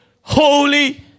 Holy